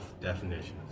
definitions